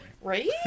Right